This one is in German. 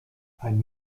ein